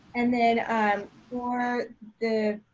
and then for the